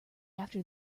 after